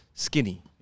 Skinny